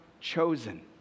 chosen